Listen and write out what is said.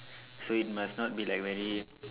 so it must not be like very